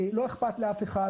לא אכפת לאף אחד.